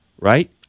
Right